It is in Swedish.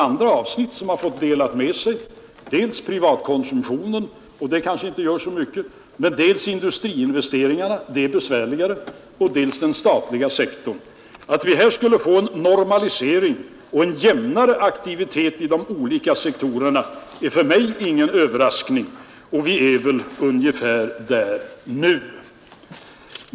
Andra avsnitt har fått dela med sig: dels privatkonsumtionen — och det kanske inte gör så mycket — dels industriinvesteringarna — det är besvärligare — och dels den statliga sektorn. Att vi här skulle få en normalisering och en jämnare aktivitet i de olika sektorerna är för mig ingen överraskning. Vi är väl ungefär där nu.